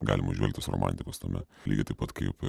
galima įžvelgti tos romantikos tame lygiai taip pat kaip